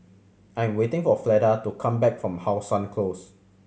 I am waiting for Fleda to come back from How Sun Close